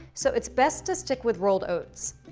so it's best to stick with rolled oats.